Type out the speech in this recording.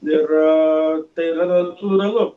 ir tai yra natūralu